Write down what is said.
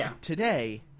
Today